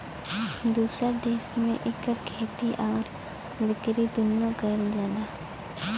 दुसर देस में इकर खेती आउर बिकरी दुन्नो कइल जाला